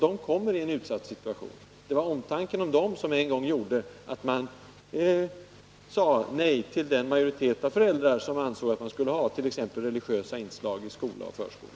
De hamnar i en utsatt situation. Det var omtanken om dem som en gång gjorde att man sade nej till att ha t.ex. religiösa ceremonier i skola och förskola.